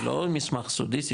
זה לא מסמך סודי.